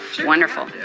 Wonderful